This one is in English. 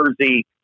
Jersey